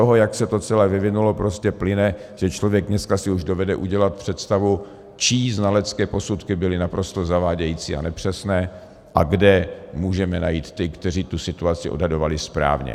Pro mě z toho, jak se to celé vyvinulo, prostě plyne, že člověk si dneska už dovede udělat představu, čí znalecké posudky byly naprosto zavádějící a nepřesné a kde můžeme najít ty, kteří tu situaci odhadovali správně.